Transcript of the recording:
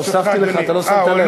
הוספתי לך, לא שמת לב.